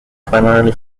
primarily